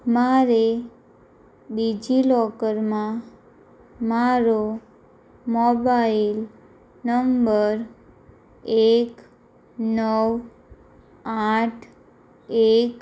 મારે ડિજિલોકરમાં મારો મોબાઇલ નંબર એક નવ આઠ એક